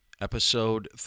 Episode